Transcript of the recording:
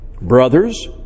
Brothers